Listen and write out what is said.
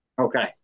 okay